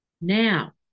Now